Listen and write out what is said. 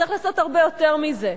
צריך לעשות הרבה יותר מזה.